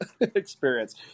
experience